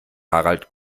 harald